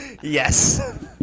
Yes